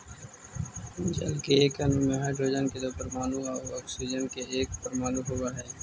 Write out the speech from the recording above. जल के एक अणु में हाइड्रोजन के दो परमाणु आउ ऑक्सीजन के एक परमाणु होवऽ हई